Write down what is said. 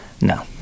No